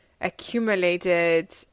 accumulated